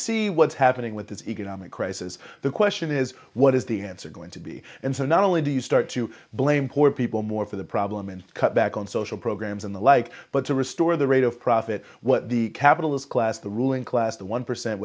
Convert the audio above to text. see what's happening with this economic crisis the question is what is the answer going to be and so not only do you start to blame poor people more for the problem and cut back on social programs and the like but to restore the rate of profit what the capitalist class the ruling class the one percent